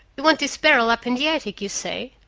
you want this barrel up in the attic, you say?